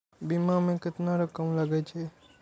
बीमा में केतना रकम लगे छै?